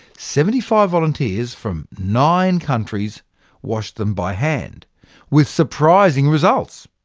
seventy five volunteers from nine countries washed them by hand with surprising results.